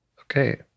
Okay